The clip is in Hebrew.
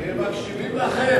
כי הם מקשיבים לכם.